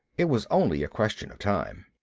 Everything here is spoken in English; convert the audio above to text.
it was only a question of time.